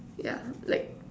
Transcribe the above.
yeah like